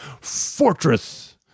fortress